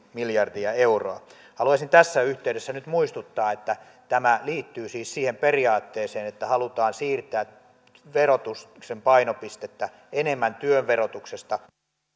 miljardia euroa haluaisin tässä yhteydessä nyt muistuttaa että tämä liittyy siis siihen periaatteeseen että halutaan siirtää verotuksen painopistettä enemmän työn verotuksesta muuhun verotukseen mutta olisi